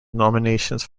nominations